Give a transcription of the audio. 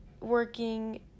working